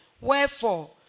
Wherefore